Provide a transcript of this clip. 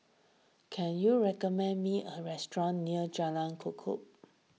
can you recommend me a restaurant near Jalan Chorak